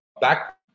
Back